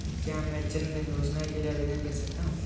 क्या मैं जन धन योजना के लिए आवेदन कर सकता हूँ?